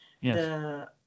Yes